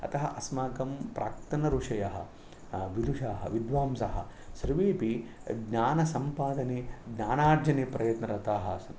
अतः अस्माकं प्राक्तन ऋषयः विदूषाः विद्वांसाः सर्वेऽपि ज्ञानसम्पादने ज्ञानार्जने प्रयत्नरताः आसन्